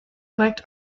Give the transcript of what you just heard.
korrekt